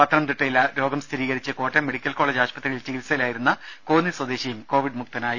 പത്തനംതിട്ടയിൽ രോഗം സ്ഥിരീകരിച്ച് കോട്ടയം മെഡിക്കൽ കോളജ് ആശുപത്രിയിൽ ചികിത്സയിലായിരുന്ന കോന്നി സ്വദേശിയും കോവിഡ് മുക്തനായി